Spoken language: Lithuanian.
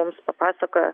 mums pasakojo